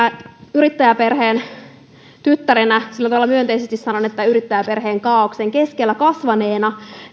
yrittäjäperheen tyttärenä sillä tavalla myönteisesti sanon että yrittäjäperheen kaaoksen keskellä kasvaneena